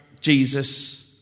Jesus